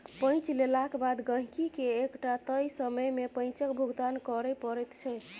पैंच लेलाक बाद गहिंकीकेँ एकटा तय समय मे पैंचक भुगतान करय पड़ैत छै